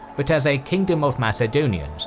but as a kingdom of macedonians,